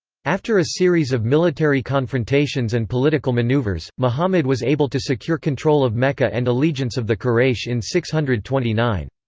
after a series of military confrontations and political maneuvers, muhammad was able to secure control of mecca and allegiance of the quraysh in six hundred and twenty nine.